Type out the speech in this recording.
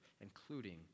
including